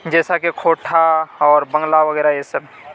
جیسا کہ کھوٹھا اور بنگلہ وغیرہ یہ سب